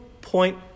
point